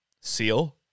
Seal